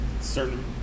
certain